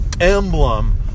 emblem